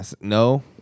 No